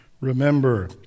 remember